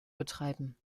betreiben